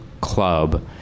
club